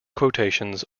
quotations